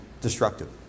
destructive